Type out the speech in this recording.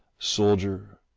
soldier,